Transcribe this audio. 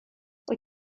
wyt